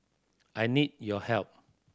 I need your help